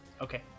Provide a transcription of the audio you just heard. Okay